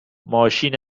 ماشین